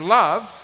love